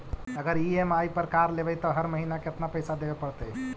अगर ई.एम.आई पर कार लेबै त हर महिना केतना पैसा देबे पड़तै?